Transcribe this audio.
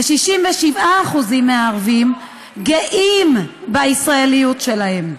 ו-67% מהערבים גאים בישראליות שלהם.